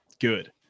good